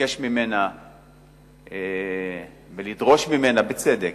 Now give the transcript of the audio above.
ולבקש ממנה ולדרוש ממנה, בצדק,